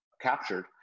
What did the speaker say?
captured